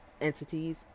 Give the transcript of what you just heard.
entities